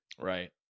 Right